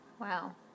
Wow